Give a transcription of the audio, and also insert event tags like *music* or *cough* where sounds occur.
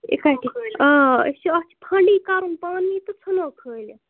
یِتھ کَنۍ *unintelligible* آ أسۍ چھِ اَتھ چھُ فَنڈٕے کَرُن پانی تہٕ ژھٕنو کھٲلِت